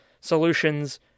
solutions